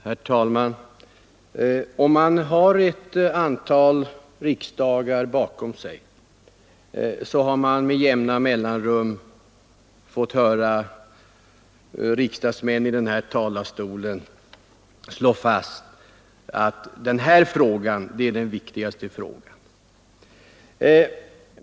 Herr talman! Om man har ett antal riksdagar bakom sig har man med jämna mellanrum fått höra riksdagsmän från talarstolen slå fast att den och den frågan är den viktigaste frågan.